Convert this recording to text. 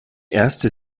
erste